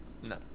no